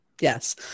Yes